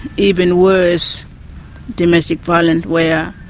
even worse domestic violence where